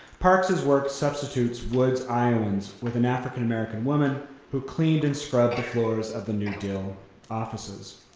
parks's work substitutes wood's iowans with an african-american woman who cleaned and scrubbed the floors of the new deal offices.